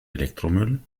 elektromüll